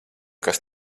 kas